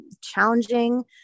challenging